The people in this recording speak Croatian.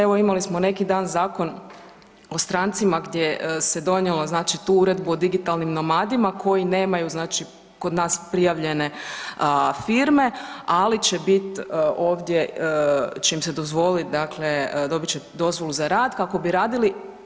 Evo imali smo neki dan Zakon o strancima gdje se donijelo dakle tu Uredbu o digitalnim nomadima koji nemaju znači kod nas prijavljene firme, ali će biti ovdje će im se dozvoliti dakle, dobit će dozvolu za rad kako bi radili.